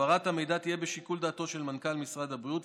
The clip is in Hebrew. העברת המידע תהיה בשיקול דעתו של מנכ"ל משרד הבריאות,